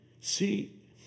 See